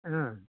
ಹಾಂ